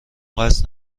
قصد